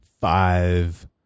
five